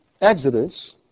Exodus